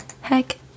Heck